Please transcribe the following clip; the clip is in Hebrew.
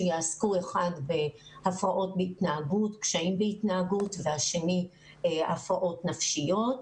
אחד בהפרעות וקשיים בהתנהגות והשני הפרעות נפשיות.